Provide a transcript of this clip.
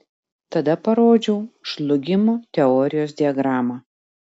tada parodžiau žlugimo teorijos diagramą